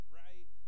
right